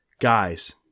guys